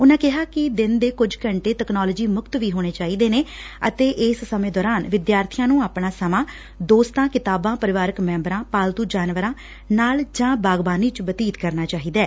ਉਨਾਂ ਕਿਹਾ ਕਿ ਦਿਨ ਦੇ ਕੁਝ ਘੰਟੇ ਤਕਨਾਲੋਜੀ ਮੁਕਤ ਵੀ ਹੋਣੇ ਲਾਜ਼ਮੀ ਨੇ ਅਤੇ ਇਸ ਸਮੇ ਦੌਰਾਨ ਵਿਦਿਆਰਥੀਆ ਨੂੰ ਆਪਣਾ ਸਮਾ ਦੋਸਤਾ ਕਿਤਾਬਾ ਪਰਿਵਾਰਕ ਮੈਂਬਰਾਂ ਪਾਲਤੁ ਜਾਨਵਰਾਂ ਜਾਂ ਬਾਗਬਾਨੀ ਚ ਬਤੀਤ ਕਰਨਾਂ ਚਾਹੀਦੈ